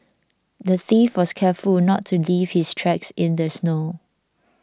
the thief was careful not to leave his tracks in the snow